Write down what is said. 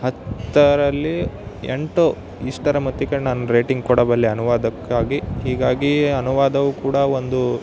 ಹತ್ತರಲ್ಲಿ ಎಂಟು ಇಷ್ಟರ ಮಟ್ಟಿಗೆ ನಾನು ರೇಟಿಂಗ್ ಕೊಡಬಲ್ಲೆ ಅನುವಾದಕ್ಕಾಗಿ ಹೀಗಾಗಿ ಅನುವಾದವು ಕೂಡ ಒಂದು